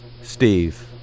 Steve